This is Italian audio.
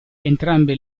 entrambe